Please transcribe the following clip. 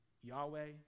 Yahweh